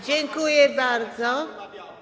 Dziękuję bardzo.